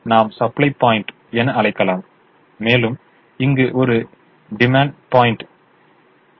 இதை நாம் supply point என அழைக்கலாம் மேலும் இங்கு ஒரு இது டிமாண்ட் பாயிண்ட் உள்ளது